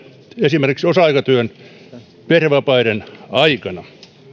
esimerkiksi osa aikatyö perhevapaiden aikana